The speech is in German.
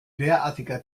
derartiger